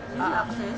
ah ah